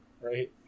Right